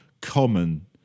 common